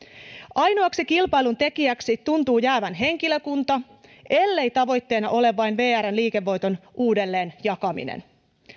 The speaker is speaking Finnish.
ainoaksi kilpailun tekijäksi tuntuu jäävän henkilökunta ellei tavoitteena ole vain vrn liikevoiton uudelleen jakaminen